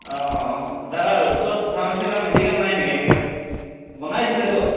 অঁ তাৰ ওচৰত ফাৰ্মাচী বা মেডিকেল নাই নেকি এনেকৈ বনাইছিলেতো